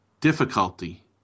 difficulty